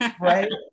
right